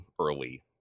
early